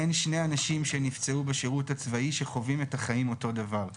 אין שני אנשים שנפצעו בשירות הצבאי שחווים את החיים אותו דבר.